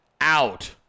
out